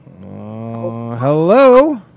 Hello